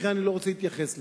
לכן אני לא רוצה להתייחס לזה.